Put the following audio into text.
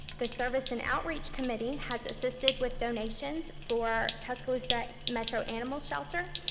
the service and outreach committee has assisted with donations for tuscaloosa metro animal shelter.